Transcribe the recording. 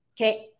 okay